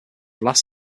last